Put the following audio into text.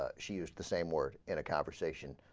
ah she used to say more in a conversation